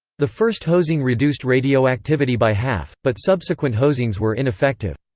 the first hosing reduced radioactivity by half, but subsequent hosings were ineffective.